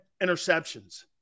interceptions